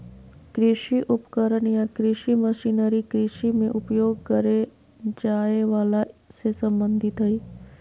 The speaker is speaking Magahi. कृषि उपकरण या कृषि मशीनरी कृषि मे उपयोग करे जाए वला से संबंधित हई